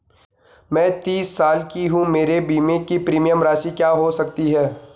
मैं तीस साल की हूँ मेरे बीमे की प्रीमियम राशि क्या हो सकती है?